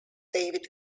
david